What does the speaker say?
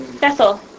Bethel